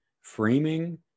framing